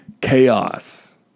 chaos